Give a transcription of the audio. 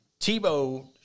Tebow